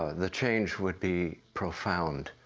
ah the change would be profound.